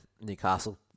Newcastle